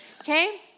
okay